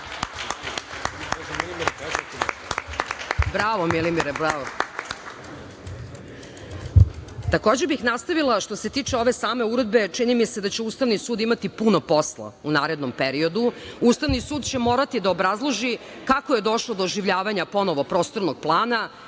Bravo Milimire, bravo. Takođe bih nastavila što se tiče ove same Uredbe, čini mi se da će Ustavni sud imati puno posla u narednom periodu. Ustavni sud će morati da obrazloži kako je došlo do oživljavanja ponovo prostornog plana,